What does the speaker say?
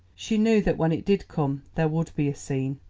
she knew that when it did come there would be a scene.